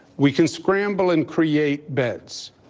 we can scramble and create beds.